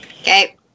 Okay